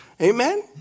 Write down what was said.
Amen